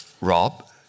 Rob